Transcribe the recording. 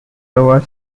over